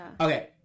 Okay